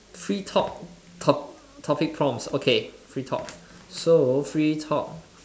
free talk talk topic prompts okay free talk so free talk